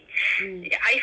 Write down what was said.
mm